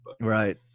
Right